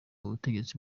butegetsi